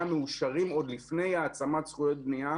מאושרים עוד לפני התאמת זכויות בנייה,